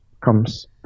comes